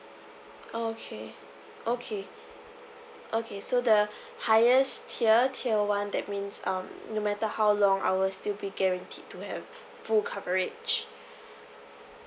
oh okay okay okay so the highest tier tier one that means um no matter how long hours still be guaranteed to have full coverage